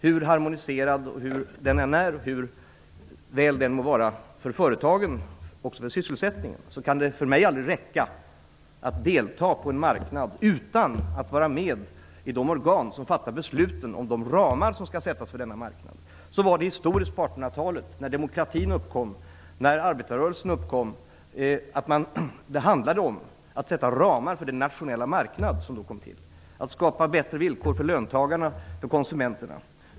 Hur harmoniserad den nu är, hur bra den må vara för företagen och även för sysselsättningen, kan det för mig aldrig räcka att delta på en marknad utan att vara med i de organ som fattar besluten om de ramar som skall sättas för denna marknad. Så var det historiskt på 1800-talet när demokratin och när arbetarrörelsen uppkom. Det handlade om att sätta ramar för den nationella marknad som då kom till, att skapa bättre villkor för löntagarna och konsumenterna.